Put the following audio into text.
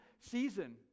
season